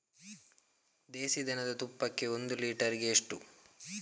ದೇಸಿ ದನದ ತುಪ್ಪಕ್ಕೆ ಒಂದು ಲೀಟರ್ಗೆ ಎಷ್ಟು?